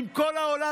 עם כל העולם,